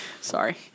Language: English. sorry